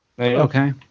Okay